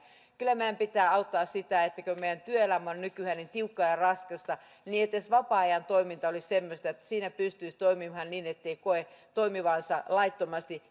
kyllä meidän pitää auttaa sitä että kun meidän työelämämme nykyään on niin tiukkaa ja raskasta niin edes vapaa ajan toiminta olisi semmoista että siinä pystyisi toimimaan niin ettei koe toimivansa laittomasti